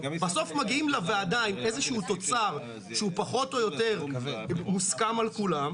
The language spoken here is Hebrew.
בסוף מגיעים לוועדה עם איזה שהוא תוצר שהוא פחות או יותר מוסכם על כולם.